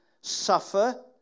suffer